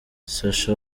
sacha